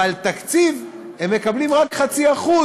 אבל תקציב הם מקבלים רק 0.5%,